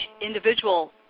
individual